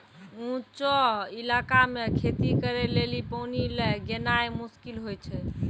ऊंचो इलाका मे खेती करे लेली पानी लै गेनाय मुश्किल होय छै